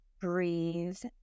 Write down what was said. breathe